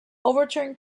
overturned